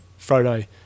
Frodo